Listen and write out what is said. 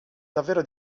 davvero